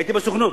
הייתי בסוכנות.